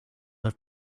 have